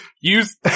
use